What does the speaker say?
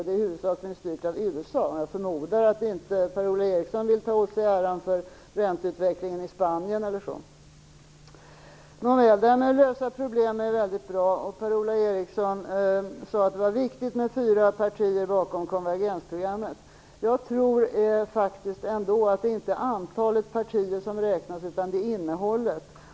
Det är huvudsakligen styrt av USA. Jag förmodar att Per-Ola Eriksson inte vill ta åt sig äran för ränteutvecklingen i Det är väldigt bra att lösa problem. Per-Ola Eriksson sade att det var viktigt med fyra partier bakom konvergensprogrammet. Jag tror faktiskt ändå att det inte är antalet partier som räknas, utan innehållet.